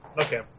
Okay